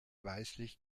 weißlich